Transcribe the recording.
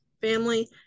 family